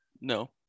No